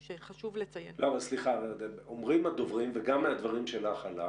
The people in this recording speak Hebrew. אבל סליחה, אומרים הדוברים וגם מהדברים שלך עלה